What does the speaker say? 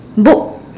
book